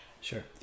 sure